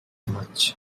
much